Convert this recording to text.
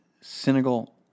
senegal